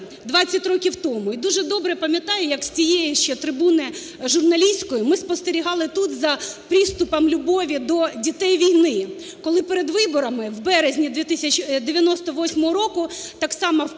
20 років тому, і дуже добре пам'ятаю, як з цієї ще трибуни журналістської ми спостерігали тут за приступом любові до дітей війни, коли перед виборами в березні 1998 року так само в